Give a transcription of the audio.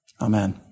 Amen